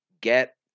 get